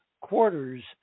quarters